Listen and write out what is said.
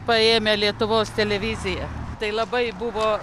paėmę lietuvos televiziją tai labai buvo